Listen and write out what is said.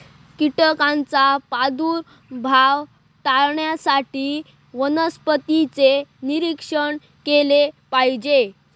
कीटकांचा प्रादुर्भाव टाळण्यासाठी वनस्पतींचे निरीक्षण केले पाहिजे